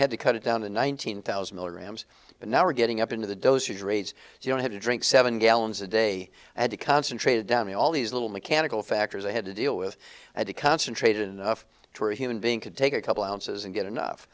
had to cut it down to nineteen thousand milligrams but now we're getting up into the dosage rates so you don't have to drink seven gallons a day at a concentrated down the all these little mechanical factors i had to deal with at a concentrated enough to a human being could take a couple ounces and get enough